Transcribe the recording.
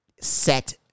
set